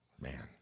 Man